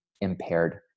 impaired